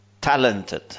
talented